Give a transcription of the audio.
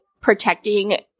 protecting